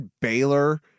Baylor